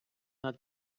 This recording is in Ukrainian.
над